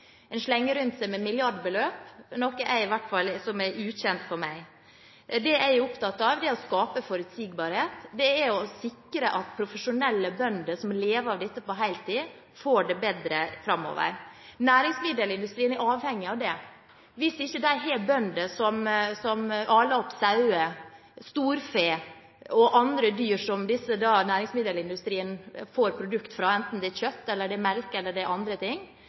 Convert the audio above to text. En slenger rundt seg med milliardbeløp, noe som i hvert fall for meg er ukjent. Det jeg er opptatt av, er å skape forutsigbarhet. Det er å sikre at profesjonelle bønder, som lever av dette på heltid, får det bedre framover. Næringsmiddelindustrien er avhengig av det. Hvis det ikke er bønder som aler opp sauer, storfe og andre dyr som næringsmiddelindustrien får produkter fra, enten det er kjøtt, melk eller